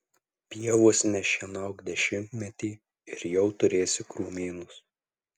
pievos nešienauk dešimtmetį ir jau turėsi krūmynus